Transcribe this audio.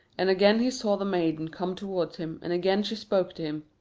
and again he saw the maiden come towards him, and again she spoke to him.